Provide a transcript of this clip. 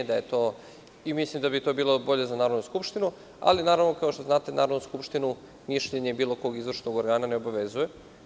Mislim da bi to bilo bolje za Narodnu skupštinu, ali, naravno, kao što znate, Narodnu skupštinu mišljenje bilo kog izvršnog organa ne obavezuje.